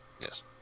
Yes